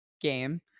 game